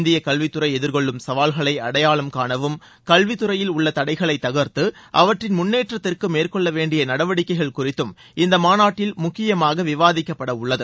இந்திய கல்வித்துறை எதிர்கொள்ளும் சவால்களை அடையாளம் காணவும் கல்வித் துறையில் உள்ள தடைகளை தகா்த்து அவற்றின் முன்னேற்றத்திற்கு மேற்கொள்ளவேண்டிய நடவடிக்கைகள் குறித்தும் இந்த மாநாட்டில் முக்கியமாக விவாதிக்கப்படவுள்ளது